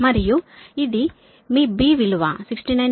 మరియు ఇది మీ B విలువ 69